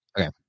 Okay